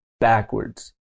backwards